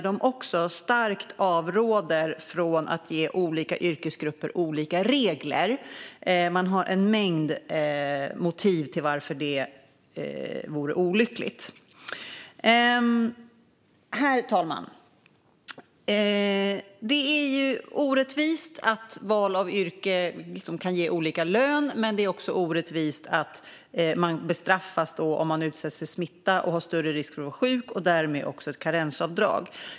De avråder starkt från att ge olika yrkesgrupper olika regler och har en mängd motiv till att det vore olyckligt. Herr talman! Det är orättvist att val av yrke kan leda till olika lön. Men det är också orättvist att man bestraffas om man utsätts för smitta och har större risk att bli sjuk och därmed också drabbas av ett karensavdrag.